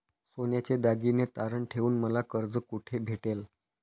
सोन्याचे दागिने तारण ठेवून मला कर्ज कुठे भेटेल?